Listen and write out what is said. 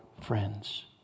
friends